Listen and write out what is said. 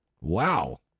Wow